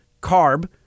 CARB